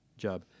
job